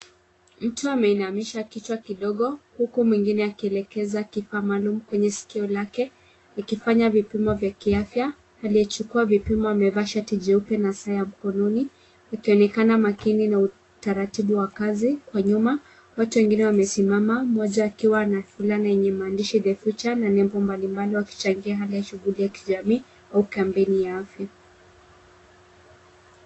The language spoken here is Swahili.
Mtu ameinamisha kichwa kidogo huku mwingine akielekeza kifaa maalum kwenye sikio lake likifanya vipimo vya kiafya. Anayechukua vipimo amevalia shati jeupe saa ya mkononi akionekana makini na utaratibu wa kazi. Kwa nyuma watu wengine wamesimama, mmoja akiwa na fulana yenye maandishi The future na nembo mbalimbali wakichangia hali ya shughuli ya kijamii au kampeni ya afya.